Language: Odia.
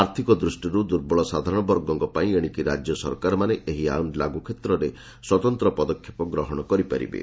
ଆର୍ଥିକ ଦୃଷ୍ଟିରୁ ଦୁର୍ବଳ ସାଧାରଣବର୍ଗଙ୍କ ପାଇଁ ଏଣିକି ରାଜ୍ୟ ସରକାରମାନେ ଏହି ଆଇନ ଲାଗୁ କ୍ଷେତ୍ରରେ ସ୍ୱତନ୍ତ୍ର ପଦକ୍ଷେପ ଗ୍ରହଣ କରିପାରିବେ